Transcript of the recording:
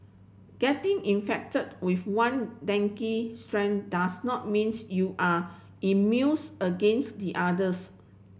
getting infected with one dengue strain does not means you are immunes against the others